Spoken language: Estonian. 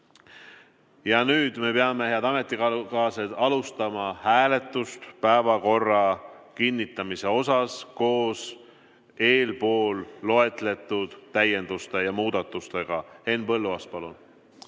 Ja nüüd me peame, head ametikaaslased, alustama hääletust päevakorra kinnitamise üle koos eespool loetletud täienduste ja muudatustega. Henn Põlluaas, palun!